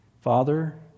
Father